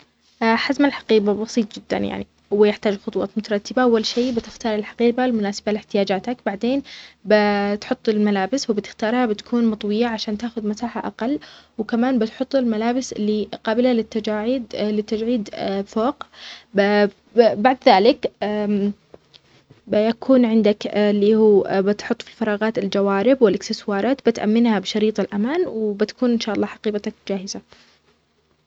حزم الحقيبة بسيط جدا يعني ويحتاج لخطوات مترتبة. أول شي بتختار الحقيبة المناسبة لإحتياجاتك. بعدين بتحط الملابس وبتختارها بتكون مطوية عشان تاخد مساحة أقل. وكمان بتحط الملابس اللي قابلة للتجاعيد-للتجعيد فوق. ب-بعد ذلك بيكون عندك اللي هو بتحط في الفراغات الجوارب والإكسسوارات. بتأمنها بشريط الأمان وبتكون إن شاء الله حقيبتك جاهزة.